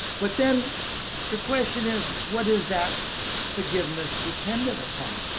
but then the question is, what is that forgiveness dependent upon?